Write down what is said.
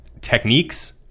techniques